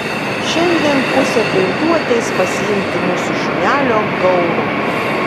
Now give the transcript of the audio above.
šiandien pusę penkių ateis pasiimti mūsų šunelio gauro